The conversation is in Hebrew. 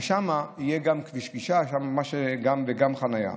יהיו שם גם כביש גישה וגם חניה.